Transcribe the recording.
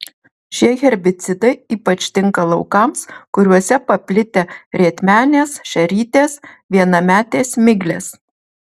šie herbicidai ypač tinka laukams kuriuose paplitę rietmenės šerytės vienametės miglės